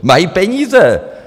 Mají peníze.